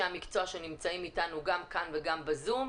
המקצוע שנמצאים איתנו גם כאן וגם בזום,